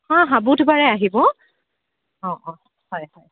হাঁ হাঁ বুধবাৰে আহিব অঁ অঁ হয় হয়